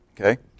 Okay